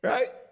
Right